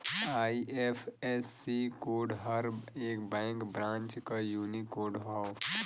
IFSC code हर एक bank branch क यूनिक कोड हौ